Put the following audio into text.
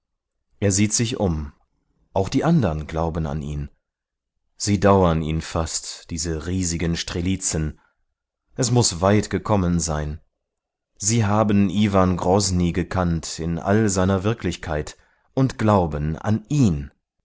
er sieht sich um auch die andern glauben an ihn sie dauern ihn fast diese riesigen strelitzen es muß weit gekommen sein sie haben iwan grosnij gekannt in all seiner wirklichkeit und glauben an ihn